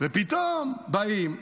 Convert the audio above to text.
ופתאום באים ומשבחים,